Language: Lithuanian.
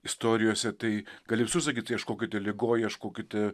istorijose tai gali susakyt ieškokite ligoj ieškokite